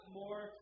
more